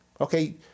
Okay